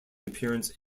appearance